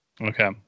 Okay